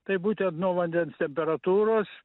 tai būtent nuo vandens temperatūros